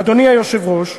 אדוני היושב-ראש,